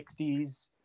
60s